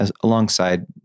alongside